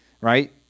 right